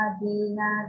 Adina